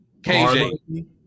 KJ